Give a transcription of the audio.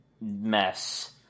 mess